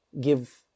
give